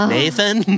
Nathan